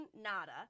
nada